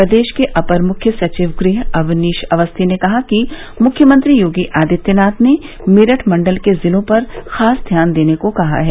प्रदेश के अपर मुख्य सचिव गृह अवनीश अवस्थी ने कहा कि मुख्यमंत्री योगी आदित्यनाथ ने मेरठ मंडल के जिलों पर खास ध्यान देने को कहा है